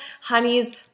Honeys